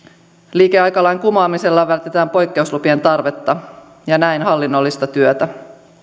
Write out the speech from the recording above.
liikeaikalain kumoamisella vältetään poikkeuslupien tarvetta ja näin hallinnollista työtä